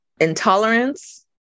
intolerance